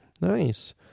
Nice